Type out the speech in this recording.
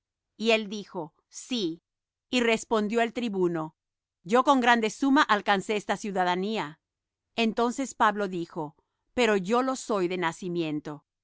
y él dijo sí y respondió el tribuno yo con grande suma alcancé esta ciudadanía entonces pablo dijo pero yo lo soy de nacimiento así